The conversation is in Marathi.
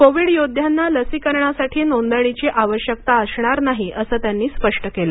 कोविड योद्ध्यांना लसीकरणासाठी नोंदणीची आवश्यकता असणार नाही असं त्यांनी स्पष्ट केलं